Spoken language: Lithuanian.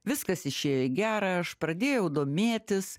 viskas išėjo į gerą aš pradėjau domėtis